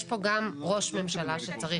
יש פה גם ראש ממשלה שצריך.